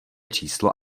číslo